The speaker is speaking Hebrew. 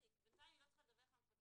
תיק בינתיים היא לא צריכה לדווח למפקח?